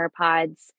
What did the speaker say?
AirPods